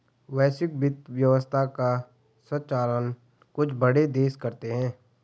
वैश्विक वित्त व्यवस्था का सञ्चालन कुछ बड़े देश करते हैं